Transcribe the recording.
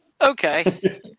okay